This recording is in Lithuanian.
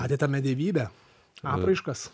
matė tame dievybę apraiškas